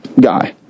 guy